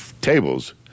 tables